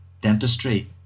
dentistry